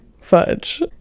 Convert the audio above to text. fudge